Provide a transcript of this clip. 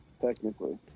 technically